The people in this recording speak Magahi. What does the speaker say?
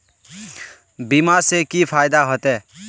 बीमा से की फायदा होते?